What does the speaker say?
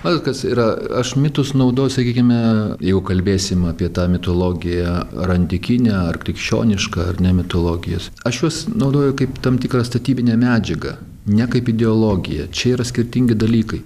matot kas yra aš mitus naudoju sakykime jeigu kalbėsim apie tą mitologiją ar antikinę ar krikščionišką ar ne mitologijas aš juos naudoju kaip tam tikrą statybinę medžiagą ne kaip ideologiją čia yra skirtingi dalykai